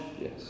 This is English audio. yes